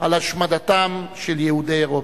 על השמדתם של יהודי אירופה.